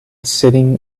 sitting